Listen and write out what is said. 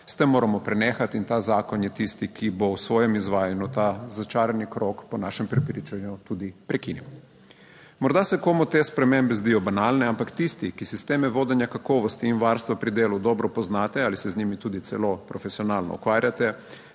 S tem moramo prenehati in ta zakon je tisti, ki bo v svojem izvajanju ta začarani krog po našem prepričanju tudi prekinil. Morda se komu te spremembe zdijo banalne, ampak tisti, ki sisteme vodenja kakovosti in varstva pri delu dobro poznate ali se z njimi tudi celo profesionalno ukvarjate,